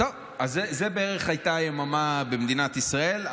זאת הייתה היממה במדינת ישראל,